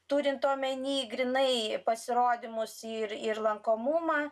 turint omeny grynai pasirodymus ir ir lankomumą